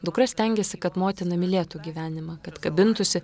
dukra stengiasi kad motina mylėtų gyvenimą kad kabintųsi